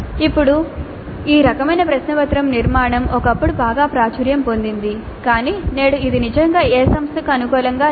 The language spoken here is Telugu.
ఇప్పుడు ఈ రకమైన ప్రశ్నపత్రం నిర్మాణం ఒకప్పుడు బాగా ప్రాచుర్యం పొందింది కాని నేడు ఇది నిజంగా ఏ సంస్థకు అనుకూలంగా లేదు